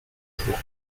jours